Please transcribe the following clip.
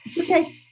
okay